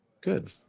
Good